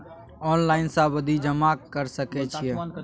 Online सावधि जमा कर सके छिये?